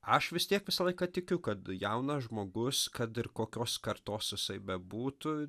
aš vis tiek visą laiką tikiu kad jaunas žmogus kad ir kokios kartos jisai bebūtų